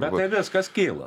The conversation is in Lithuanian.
bet tai viskas kyla